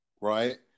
right